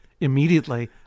immediately